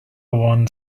won